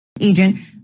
agent